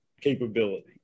capability